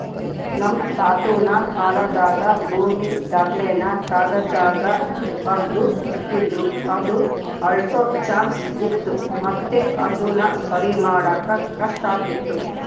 ನಮ್ ತಾತುನ ಕಾಲಾದಾಗ ಭೂಮಿ ದಾಖಲೆನ ಕಾಗದ್ದಾಗ ಬರ್ದು ಇಡ್ತಿದ್ರು ಅದು ಅಳ್ಸೋ ಚಾನ್ಸ್ ಇತ್ತು ಮತ್ತೆ ಅದುನ ಸರಿಮಾಡಾಕ ಕಷ್ಟಾತಿತ್ತು